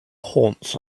haunts